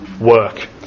work